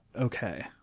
okay